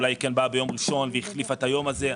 אולי כן באה ביום ראשון והחליפה את היום זה.